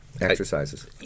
exercises